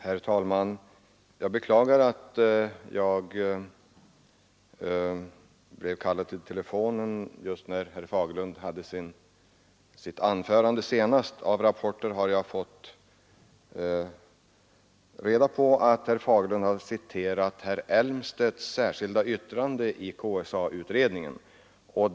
Herr talman! Jag beklagar att jag blev kallad till telefonen just när herr Fagerlund höll sitt anförande. Men jag har fått rapporter om att herr Fagerlund citerade herr Elmstedts särskilda yttrande i KSA-utredningen.